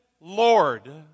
Lord